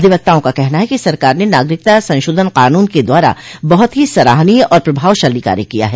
अधिवक्ताओं का कहना है कि सरकार ने नागरिकता संशोधन कानून के द्वारा बहुत ही सराहनीय और प्रभावशाली कार्य किया है